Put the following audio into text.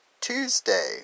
Tuesday